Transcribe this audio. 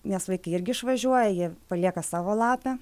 nes vaikai irgi išvažiuoja jie palieka savo lapę